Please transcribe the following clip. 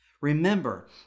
Remember